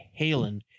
halen